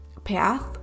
path